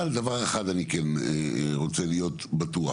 אבל דבר אחד אני כן רוצה להיות בטוח,